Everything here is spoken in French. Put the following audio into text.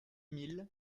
mille